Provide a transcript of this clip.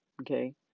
okay